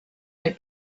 had